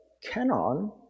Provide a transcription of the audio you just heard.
canon